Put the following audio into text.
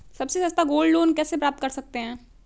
सबसे सस्ता gold loan कैसे प्राप्त कर सकते हैं?